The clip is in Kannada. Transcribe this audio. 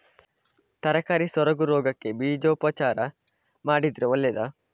ತರಕಾರಿ ಸೊರಗು ರೋಗಕ್ಕೆ ಬೀಜೋಪಚಾರ ಮಾಡಿದ್ರೆ ಒಳ್ಳೆದಾ?